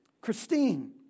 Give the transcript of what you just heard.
Christine